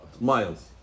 Miles